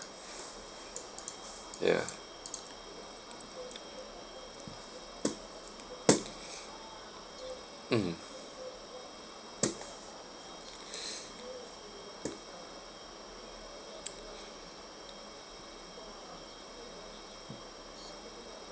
ya mmhmm